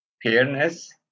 Fairness